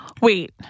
Wait